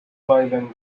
silent